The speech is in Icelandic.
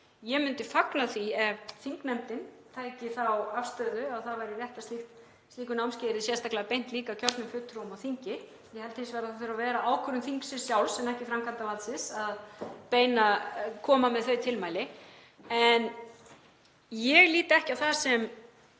Ég myndi fagna því ef þingnefndin tæki þá afstöðu að það væri rétt að slíku námskeiði yrði líka sérstaklega beint að kjörnum fulltrúum á þingi. Ég held hins vegar að það þurfi að vera ákvörðun þingsins sjálfs en ekki framkvæmdarvaldsins að koma með þau tilmæli. En ég lít á það sem